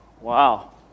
Wow